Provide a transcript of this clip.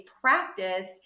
practice